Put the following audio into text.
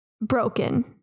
Broken